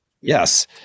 yes